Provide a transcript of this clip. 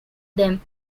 them